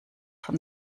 von